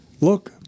Look